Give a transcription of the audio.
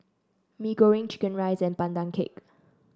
Mee Goreng Chicken Rice and Pandan Cake